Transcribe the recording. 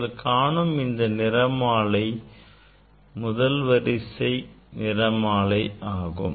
நீங்கள் காணும் இந்த நிறமாலை முதல் வரிசை நிறமாலை ஆகும்